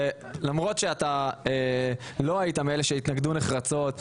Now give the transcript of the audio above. ולמרות שאתה לא היית מאלה שהתנגדו נחרצות,